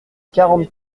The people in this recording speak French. quarante